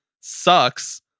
sucks